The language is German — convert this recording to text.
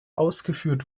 ausgeführt